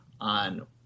on